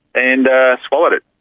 and swallowed it,